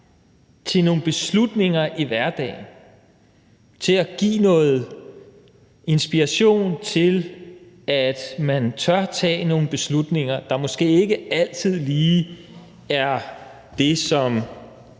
til nogle beslutninger i hverdagen, til at give noget inspiration til, at man tør tage nogle beslutninger, der måske ikke altid lige er det, som